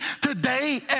today